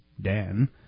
Dan